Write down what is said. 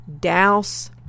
douse